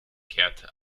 kehrte